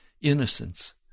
innocence